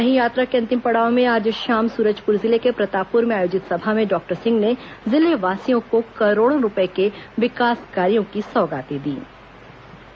वहीं यात्रा के अंतिम पड़ाव में आज शाम सूरजपुर जिले के प्रतापपुर में आयोजित सभा में डॉक्टर सिंह ने जिलेवासियों को करोड़ों रूपए के विकास कार्यों की सौगातें दीं